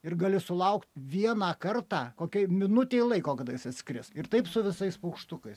ir gali sulaukt vieną kartą kokiai minutei laiko kada jis atskris ir taip su visais paukštukais